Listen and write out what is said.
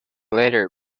later